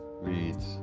reads